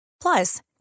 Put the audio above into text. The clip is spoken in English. Plus